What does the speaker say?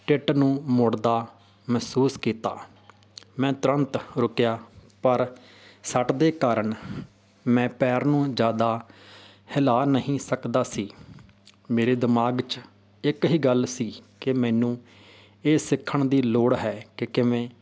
tit ਨੂੰ ਮੁੜਦਾ ਮਹਿਸੂਸ ਕੀਤਾ ਮੈਂ ਤੁਰੰਤ ਰੁਕਿਆ ਪਰ ਸੱਟ ਦੇ ਕਾਰਨ ਮੈਂ ਪੈਰ ਨੂੰ ਜ਼ਿਆਦਾ ਹਿਲਾ ਨਹੀਂ ਸਕਦਾ ਸੀ ਮੇਰੇ ਦਿਮਾਗ 'ਚ ਇੱਕ ਹੀ ਗੱਲ ਸੀ ਕਿ ਮੈਨੂੰ ਇਹ ਸਿੱਖਣ ਦੀ ਲੋੜ ਹੈ ਕਿ ਕਿਵੇਂ